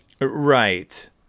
right